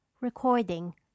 Recording